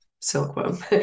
Silkworm